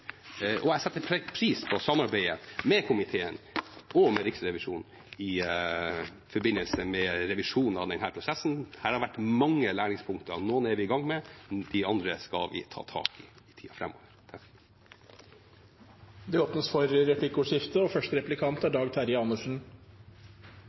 Jeg setter pris på samarbeidet med komiteen og med Riksrevisjonen i forbindelse med revisjon av denne prosessen. Her har det vært mange læringspunkter – noen er vi i gang med, de andre skal vi ta tak i i tida framover. Det åpnes for replikkordskifte.